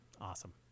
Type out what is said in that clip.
Awesome